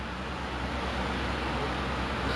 oh my god